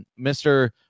Mr